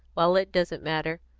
well, it doesn't matter.